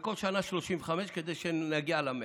וכל שנה 35 כדי להגיע ל-100.